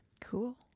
Cool